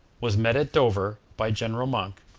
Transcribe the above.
was met at dover by general monk,